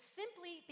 simply